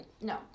no